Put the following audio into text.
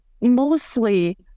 mostly